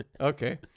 Okay